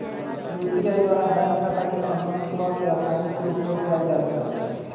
UPI द्वारा bank खता के संबद्ध कऽ के असानी से उपयोग कयल जा सकइ छै